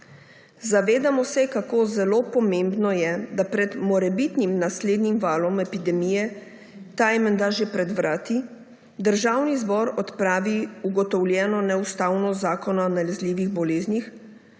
Zavedamo se, kako zelo pomembno je, da pred morebitnim naslednjim valom epidemije − ta je menda že pred vrati− Državni zbor odpravi ugotovljeno neustavnost Zakona o nalezljivih boleznih